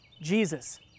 Jesus